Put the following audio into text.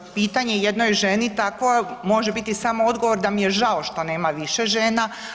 Pa pitanje jednoj ženi takvo može biti samo odgovor da mi je žao što nema više žena.